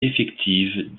effective